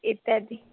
इत्यादी